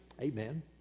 Amen